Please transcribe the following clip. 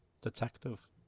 Detective